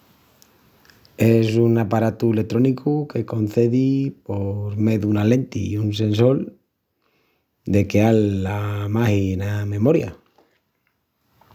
Es un aparatu letrónicu que concedi, por mé duna lenti i un sensol, de queal la magi ena memoria.